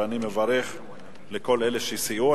ואני מברך את כל אלה שסייעו.